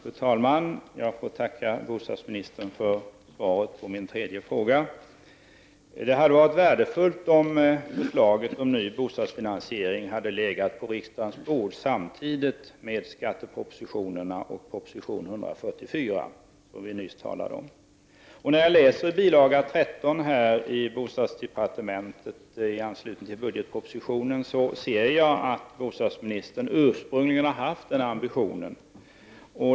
Fru talman! Jag ber att få tacka bostadsministern för svaret på min tredje fråga. Det hade varit värdefullt om förslaget om en ny bostadsfinansiering hade legat på riksdagens bord samtidigt med skattepropositionerna och proposition 144, som vi nyss talade om. När jag läser bilaga 13 till budgetpropositionen ser jag att bostadsministern ursprungligen hade den ambitionen.